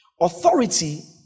Authority